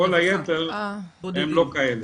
כל היתר הם לא כאלה.